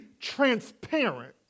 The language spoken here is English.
transparent